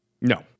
No